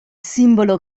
simbolo